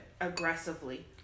aggressively